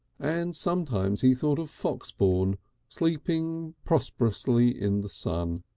and sometimes he thought of foxbourne sleeping prosperously in the sun.